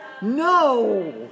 No